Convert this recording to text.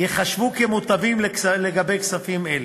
ייחשבו כמוטבים לגבי כספים אלה.